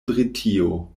britio